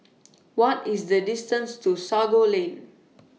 What IS The distance to Sago Lane